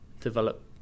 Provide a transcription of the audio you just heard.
develop